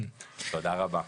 תודה רבה.